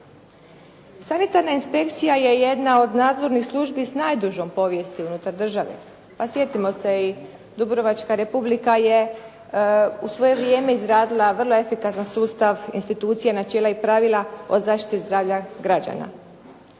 Sanitarna inspekcija je jedna od nadzornih službi sa najdužom povijesti unutar države, a sjetimo se i Dubrovačka Republika je u svoje vrijeme izradila vrlo efikasan sustav, institucija, načela i pravila o zaštiti zdravlja građana.